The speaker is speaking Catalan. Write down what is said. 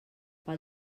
pel